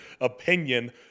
opinion